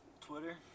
Twitter